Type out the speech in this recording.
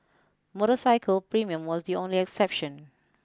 motorcycle premium was the only exception